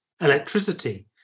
electricity